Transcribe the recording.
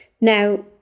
Now